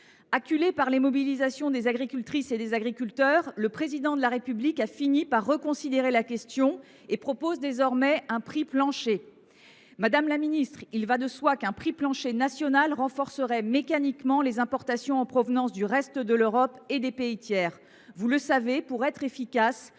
Acculé par les mobilisations des agricultrices et des agriculteurs, le Président de la République a fini par reconsidérer la question et propose désormais un prix plancher. Madame la ministre, il va de soi qu’un prix plancher national renforcerait mécaniquement les importations en provenance du reste de l’Europe et des pays tiers. Vous le savez, pour être efficace